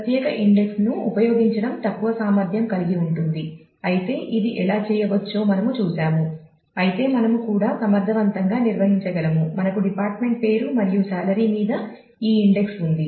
ప్రత్యేక ఇండెక్స్ ను ఉపయోగించడం తక్కువ సామర్థ్యం కలిగి ఉంటుంది అయితే ఇది ఎలా చేయవచ్చో మనము చూశాము అయితే మనము కూడా సమర్థవంతంగా నిర్వహించగలము మనకు డిపార్ట్మెంట్ పేరు మరియు సాలరీ మీద ఈ ఇండెక్స్ ఉంది